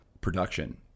production